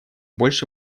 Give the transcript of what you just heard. больше